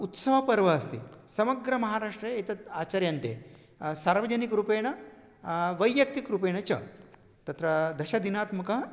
उत्सवपर्वः अस्ति समग्रमहाराष्ट्रे एतत् आचर्यन्ते सर्वजनिकरूपेण वैयक्तिकरूपेण च तत्र दशदिनात्मकः